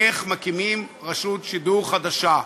איך מקימים רשות שידור חדשה.